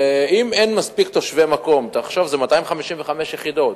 אם אין מספיק תושבי המקום, תחשוב, זה 255 יחידות,